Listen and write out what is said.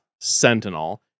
Sentinel